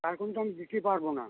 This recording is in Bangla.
এখন তো আমি দিতে পারবো না